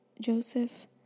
Joseph